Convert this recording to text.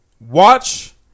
Watch